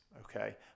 okay